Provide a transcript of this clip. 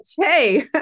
Hey